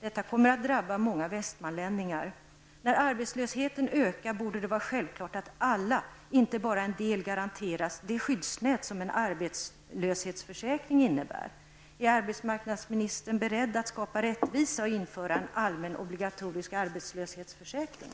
Detta kommer att drabba många västmanlänningar. När arbetslösheten ökar borde det vara en självklarhet att alla, inte bara en del, garanteras det skyddsnät som en arbetslöshetsförsäkring innebär. Är arbetsmarknadsministern beredd att skapa rättvisa och att införa en allmän obligatorisk arbetslöshetsförsäkring?